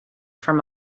from